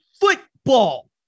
football